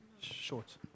Short